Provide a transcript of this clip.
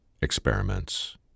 experiments